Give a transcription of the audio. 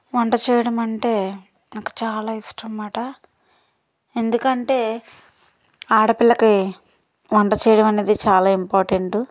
వంట చేయడం అంటే నాకు చాలా ఇష్టం మాట ఎందుకంటే ఆడపిల్లకి వంట చేయడం అనేది చాలా ఇంపార్టెంటు